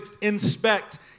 inspect